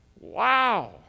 Wow